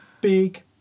big